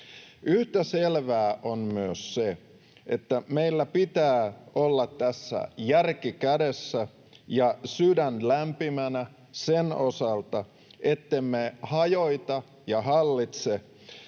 Yhtä selvää on myös se, että meillä pitää olla tässä järki kädessä ja sydän lämpimänä sen osalta, ettemme hajota ja hallitse